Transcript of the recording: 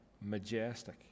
majestic